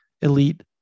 elite